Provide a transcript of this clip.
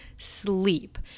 sleep